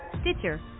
Stitcher